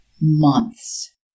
months